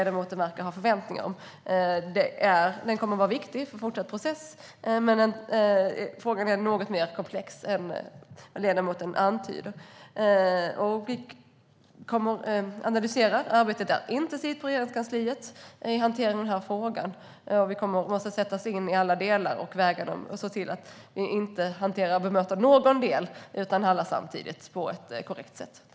Domen kommer att vara viktig för en fortsatt process, men frågan är något mer komplex än vad ledamoten antyder. Regeringen kommer att göra en analys. Arbetet med frågan pågår intensivt på Regeringskansliet. Vi ska sätta oss in i alla delar och väga dem. Vi ska inte hantera eller bemöta enbart någon del, utan alla delar ska hanteras samtidigt på ett korrekt sätt.